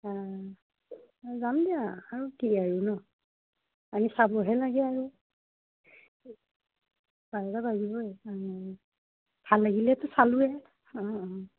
অঁ যাম দিয়া আৰু কি আৰু ন আমি চাবহে লাগে আৰু পাৰিব পাৰিবই অঁ ভাল লাগিলেতো চালোঁৱেই অঁ অঁ